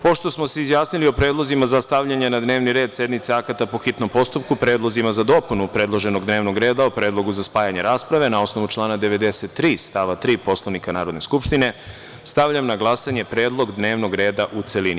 Pošto smo se izjasnili o predlozima za stavljanje na dnevni red sednice akata po hitnom postupku, predlozima za dopunu predloženog dnevnog reda o predlogu za spajanje rasprave, na osnovu člana 93. stava 3. Poslovnika Narodne skupštine, stavljam na glasanje predlog dnevnog reda u celini.